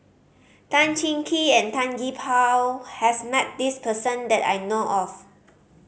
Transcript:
Tan Cheng Kee and Tan Gee Paw has met this person that I know of